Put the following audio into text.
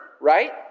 right